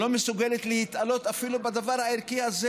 שלא מסוגלת להתעלות אפילו בדבר הערכי הזה,